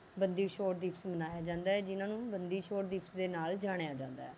ਬੰਦੀ ਛੋੜ ਦਿਵਸ ਮਨਾਇਆ ਜਾਂਦਾ ਹੈ ਜਿਨ੍ਹਾਂ ਨੂੰ ਬੰਦੀ ਛੋੜ ਦਿਵਸ ਦੇ ਨਾਲ ਜਾਣਿਆ ਜਾਂਦਾ ਹੈ